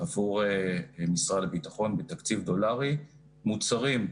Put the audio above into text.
עבור משרד הביטחון בתקציב דולרי מוצרים,